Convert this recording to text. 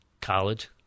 college